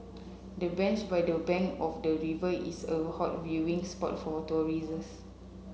the bench by the bank of the river is a hot viewing spot for tourists